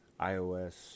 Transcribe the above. iOS